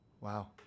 Wow